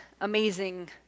amazing